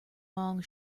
long